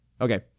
Okay